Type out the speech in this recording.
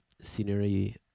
scenery